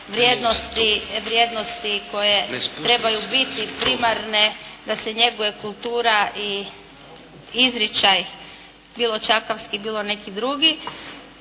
vrijednosti koje trebaju biti primarne, da se njeguje kultura i izričaj bilo čakavski, bilo neki drugi,